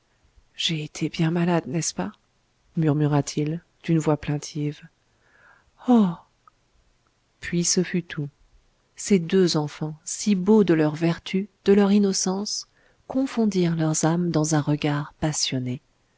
j'ai été bien malade n'est-ce pas murmura-t-il d'une voix plaintive oh puis ce fut tout ces deux enfants si beaux de leurs vertus de leur innocence confondirent leurs âmes dans un regard passionné